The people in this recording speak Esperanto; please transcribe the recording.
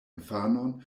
infanon